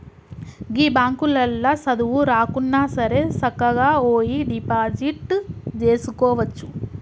గీ బాంకులల్ల సదువు రాకున్నాసరే సక్కగవోయి డిపాజిట్ జేసుకోవచ్చు